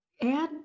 Add